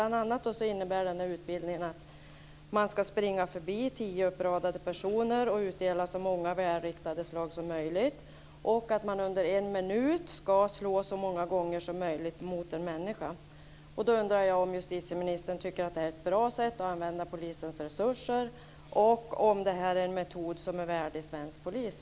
Den här utbildningen innebär bl.a. att man ska springa förbi tio uppradade personer och utdela så många välriktade slag som möjligt och att man under en minut ska slå så många gånger som möjligt mot en människa. Jag undrar om justitieministern tycker att det här är ett bra sätt att använda polisens resurser och om det är en metod som är värdig svensk polis.